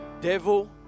devil